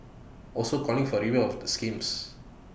also calling for A review of the schemes